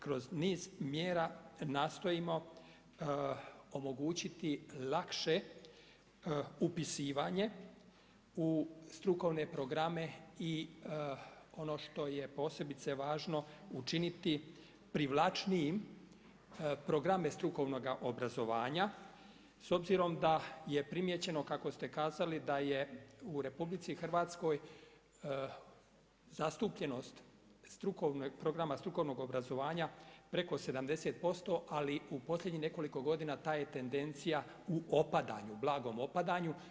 Kroz niz mjera nastojimo omogućiti lakše upisivanje u strukovne programe i ono što je posebice važno, učiniti privlačniji programe strukovnoga obrazovanja s obzirom da je primijećeno, kako ste kazali da je u RH, zastupljenost programa strukovnog obrazovanja preko 70%, ali u posljednjih nekoliko godina, ta je tendencija u opadanju, blagom opadanju.